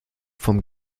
vom